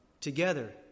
together